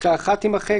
- (1)פסקה (1) ־ תימחק,